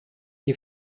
die